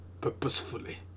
purposefully